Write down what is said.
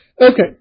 Okay